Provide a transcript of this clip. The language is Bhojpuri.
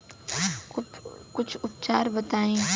कुछ उपचार बताई?